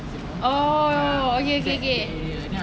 oh okay okay okay